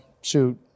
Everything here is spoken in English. Shoot